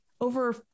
over